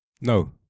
no